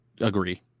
agree